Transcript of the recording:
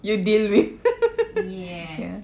you deal with ya